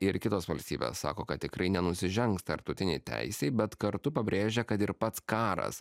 ir kitos valstybės sako kad tikrai nenusižengs tarptautinei teisei bet kartu pabrėžia kad ir pats karas